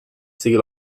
sigui